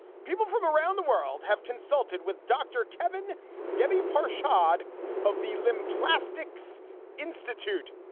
people from around the world have consulted with dr. kevin debbie parr shod of the limb plastics institute,